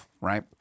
right